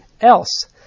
else